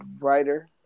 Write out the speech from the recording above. writer